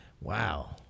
wow